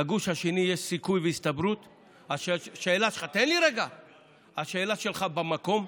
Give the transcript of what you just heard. לגוש השני יש סיכוי והסתברות, השאלה שלך במקום,